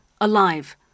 alive